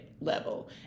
level